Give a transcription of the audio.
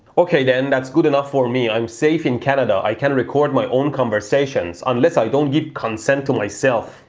okay, then that's good enough for me. i'm safe in canada. i can record my own conversations. unless i don't get consent to myself.